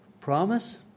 promise